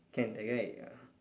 can that guy uh